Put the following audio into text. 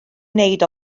wneud